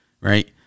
right